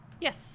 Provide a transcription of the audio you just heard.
Yes